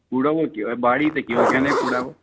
পোড়াব কি ঐ বাড়িতে কি ওইখানেই পোড়াব